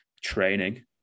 Training